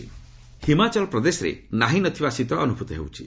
weather ହିମାଚଳପ୍ରଦେଶରେ ନାହିଁନଥିବା ଶୀତ ଅନୁଭୂତ ହେଉଛି